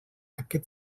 aquest